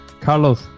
Carlos